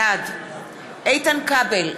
בעד איתן כבל,